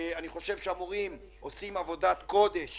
אני חושב שהמורים עושים עבודת קודש